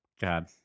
God